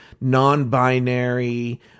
non-binary